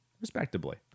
Respectively